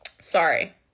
Sorry